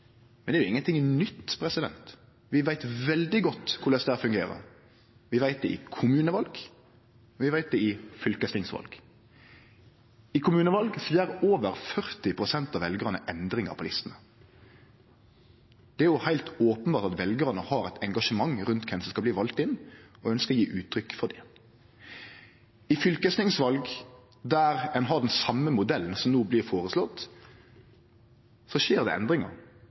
Men det er ingen ting nytt. Vi veit veldig godt korleis dette fungerer. Vi veit det i kommuneval, og vi veit det i fylkestingsval. I kommuneval gjer over 40 pst. av veljarane endringar på listene. Det er heilt openbert at veljarane har eit engasjement rundt kven som skal bli vald inn, og ønskjer å gje uttrykk for det. I fylkestingsval, der ein har den same modellen som no blir føreslått, skjer det endringar.